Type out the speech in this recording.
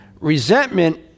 Resentment